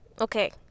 okay